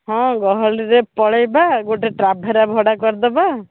ହଁ ଗହଳିରେ ପଳେଇବା ଗୋଟେ ଟ୍ରାଭେରା ଭଡ଼ା କରିଦେବା